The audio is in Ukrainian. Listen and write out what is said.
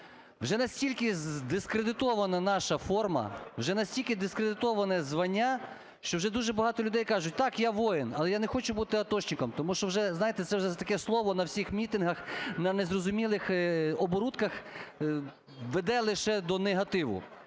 Вже настільки здискредитована наша форма, вже настільки дискредитоване звання, що вже дуже багато людей кажуть: "Так, я воїн, але я не хочу бути атошником". Тому що вже, знаєте, це вже таке слово на всіх мітингах, на незрозумілих оборудках веде лише до негативу.